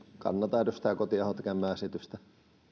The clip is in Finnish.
kannatan edustaja kotiahon tekemää esitystä